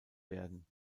werden